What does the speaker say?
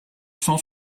cent